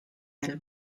del